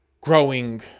growing